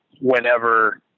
whenever